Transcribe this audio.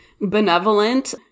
benevolent